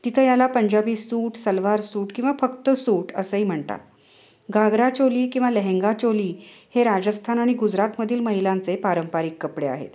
तिथं याला Punjabi suit salwar suit किंवा फक्त सूट असंही म्हणतात घागरा चोली किंवा लेहेंगा चोली हे राजस्थान आणि गुजरातमधील महिलांचे पारंपरिक कपडे आहेत